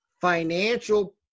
financial